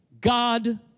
God